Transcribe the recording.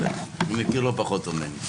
הוא מכיר לא פחות טוב ממני.